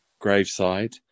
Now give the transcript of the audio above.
gravesite